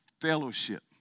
fellowship